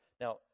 now